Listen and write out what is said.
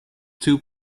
two